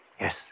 Yes